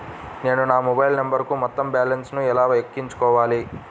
నేను నా మొబైల్ నంబరుకు మొత్తం బాలన్స్ ను ఎలా ఎక్కించుకోవాలి?